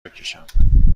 بکشم